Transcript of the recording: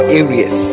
areas